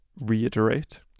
reiterate